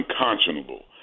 unconscionable